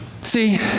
See